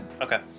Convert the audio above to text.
Okay